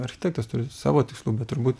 architektas turi savo tikslų bet turbūt